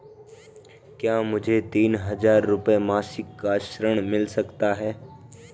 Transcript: क्या मुझे तीन हज़ार रूपये मासिक का ऋण मिल सकता है?